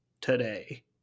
today